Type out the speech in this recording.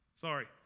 sorry